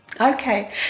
okay